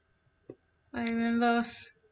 I remember